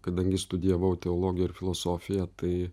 kadangi studijavau teologiją ir filosofiją tai